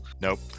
Nope